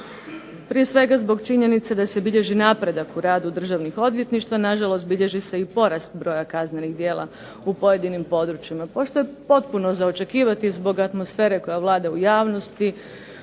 prije svega zbog činjenice da se bilježi napredak u radu državnih odvjetništava. Na žalost bilježi se i porast broja kaznenih djela u pojedinim područjima. Pošto je potpuno za očekivati zbog atmosfere koja vlada u javnosti,